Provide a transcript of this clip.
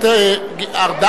פעם.